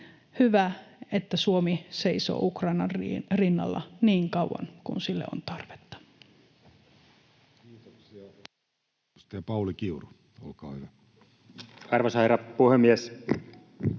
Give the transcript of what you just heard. hyvä, että Suomi seisoo Ukrainan rinnalla niin kauan kuin sille on tarvetta. Kiitoksia.